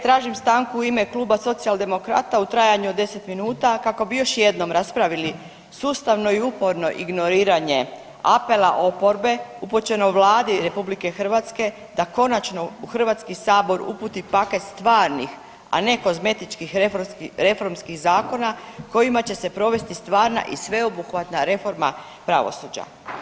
Tražim stanku u ime kluba Socijaldemokrata u trajanju od 10 minuta kako bi još jednom raspravili sustavno i uporno ignoriranje apela oporbe upućeno Vladi RH da konačno u Hrvatski sabor uputi paket stvarnih a ne kozmetičkih reformskih zakona kojima će se provesti stvarna i sveobuhvatna reforma pravosuđa.